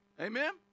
Amen